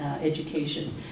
education